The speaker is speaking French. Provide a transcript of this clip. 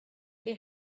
les